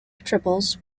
triples